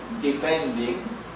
defending